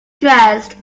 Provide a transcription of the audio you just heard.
dressed